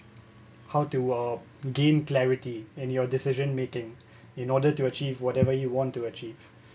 how to uh gain clarity and your decision making in order to achieve whatever you want to achieve